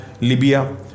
Libya